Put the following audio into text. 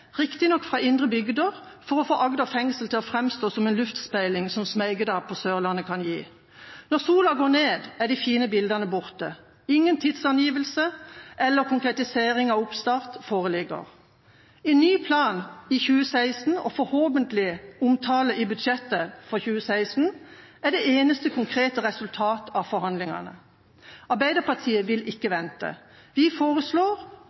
riktignok fra indre bygder, for å få Agder fengsel til å framstå som en luftspeiling som «smeigedaer» på Sørlandet kan gi. Når sola går ned, er de fine bildene borte. Ingen tidsangivelse eller konkretisering av oppstart foreligger. En ny plan i 2016 og forhåpentlig omtale i budsjettet for 2016 er det eneste konkrete resultat av forhandlingene. Arbeiderpartiet vil ikke vente. Vi foreslår